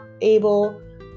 able